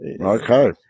okay